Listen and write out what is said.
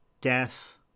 death